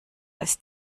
als